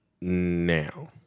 now